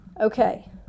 Okay